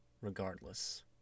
regardless